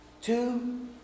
Two